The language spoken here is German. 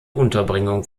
unterbringung